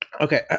Okay